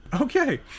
okay